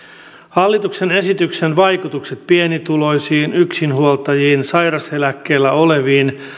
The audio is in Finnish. hallituksen esityksen vaikutukset pienituloisiin yksinhuoltajiin sairauseläkkeellä oleviin